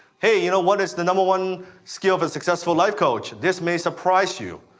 hey, you know what is the number one skill of a successful life coach? this may surprise you.